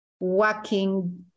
working